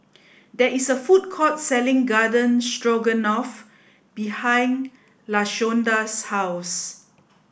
there is a food court selling Garden Stroganoff behind Lashonda's house